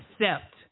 accept